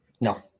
No